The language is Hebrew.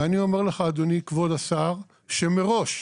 ואני אומר לך, אדוני כבוד השר, שמראש,